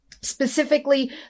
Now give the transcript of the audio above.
Specifically